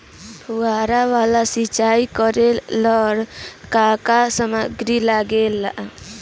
फ़ुहारा वाला सिचाई करे लर का का समाग्री लागे ला?